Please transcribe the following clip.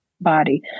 body